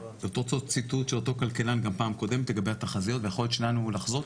את אותו ציטוט של אותו כלכלן לגבי התחזיות והיכולת שלנו לחזות,